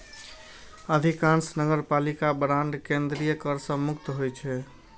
अधिकांश नगरपालिका बांड केंद्रीय कर सं मुक्त होइ छै